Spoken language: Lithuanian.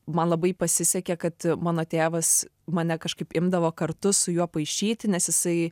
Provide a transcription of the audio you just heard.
man labai pasisekė kad mano tėvas mane kažkaip imdavo kartu su juo paišyti nes jisai